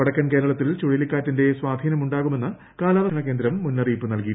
വടക്കൻ കേരളത്തിൽ ചുഴലിക്കാറ്റിന്റെ സ്വാധീനമുണ്ടാകുമെന്ന് കാലാവസ്ഥ നിരീക്ഷണ കേന്ദ്രം മുന്നറിയിപ്പു നൽകി